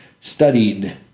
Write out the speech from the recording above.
studied